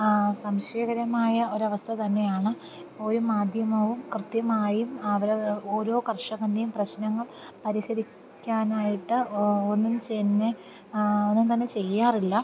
സംശയകരമായ ഒരു അവസ്ഥ തന്നെയാണ് ഒരു മാധ്യമവും കൃത്യമായി അവര ഓരോ കർഷകൻ്റെയും പ്രശ്നങ്ങൾ പരിഹരിക്കാനായിട്ട് ഒന്നും തന്നെ ഒന്നും തന്നെ ചെയ്യാറില്ല